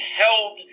held